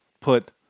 put